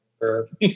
Earth